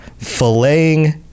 filleting